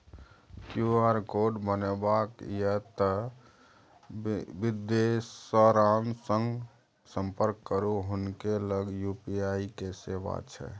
QR code बनेबाक यै तए बिदेसरासँ संपर्क करू हुनके लग यू.पी.आई के सेवा छै